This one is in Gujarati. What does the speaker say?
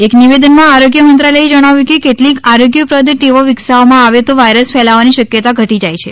એક નિવેદનમાં આરોગ્ય મંત્રાલયે જણાવ્યું કે કેટલીક આરોગ્યપ્રદ ટેવો વિકસાવવામાં આવે તો વાયરસ ફેલાવાની શક્યતા ઘટી જાય છે